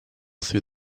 through